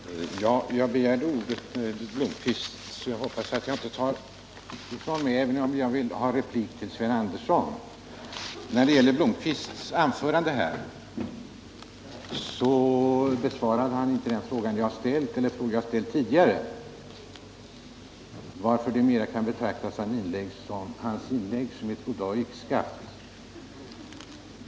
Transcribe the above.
Herr talman! Jag begärde ordet med anledning av Arne Blomkvists anförande, men jag hoppas att det går bra att ge en replik även tiu Sven Andersson i Örebro. Beträffande Arne Blomkvists anförande vill jag säga att han inte besvarade den fråga jag ställde och som jag tidigare ställt, varför hans inlägg mera kan betraktas som ett goddag — yxskaft.